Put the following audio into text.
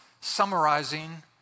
summarizing